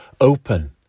open